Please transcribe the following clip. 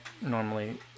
normally